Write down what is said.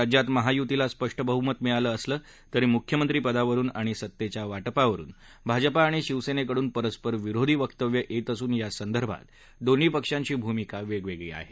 राज्यात महायुतीला स्पष्ट बहुमत मिळालं असलं तरी मुख्यमंत्रीपदावरून आणि सत्तेच्या वाटपावरून भाजपा आणि शिवसेनेकडून परस्परविरोधी वक्तव्य येत असून यासदर्भात दोन्ही पक्षांची भूमिका वेगवेगळी आहे